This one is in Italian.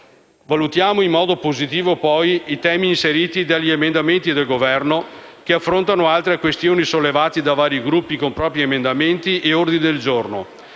Valutiamo in modo positivo i temi inseriti dagli emendamenti del Governo, che affrontano altre questioni sollevate da vari Gruppi con propri emendamenti e ordini del giorno,